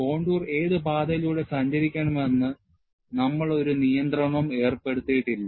contour ഏത് പാതയിലൂടെ സഞ്ചരിക്കണമെന്ന് നമ്മൾ ഒരു നിയന്ത്രണവും ഏർപ്പെടുത്തിയിട്ടില്ല